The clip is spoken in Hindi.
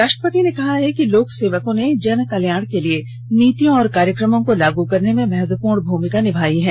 राष्ट्रपति ने कहा कि लोक सेवकों ने जन कल्यायण के लिए नीतियों और कार्यक्रमों को लागू करने में महत्वंपूर्ण भूमिका निभाई है